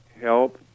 help